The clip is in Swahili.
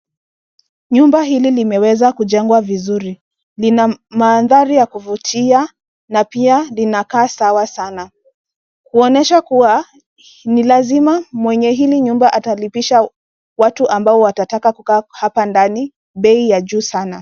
Nyumba hili limeweza kujengwa vizuri, lina mandhari ya kuvutia na pia lina kaa sawa sana; kuonyesha kuwa ni lazima mwenye hili nyumba atalipisha watu ambao watataka kukaa hapa ndani bei ya juu sana.